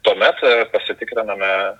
tuomet sutikriname